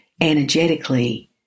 energetically